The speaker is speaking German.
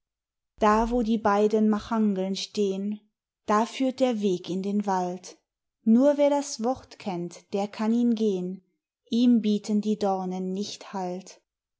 da wo die beiden machangeln stehn da führt der weg in den wald nur wer das wort kennt der kann ihn gehn ihm bieten die dornen nicht halt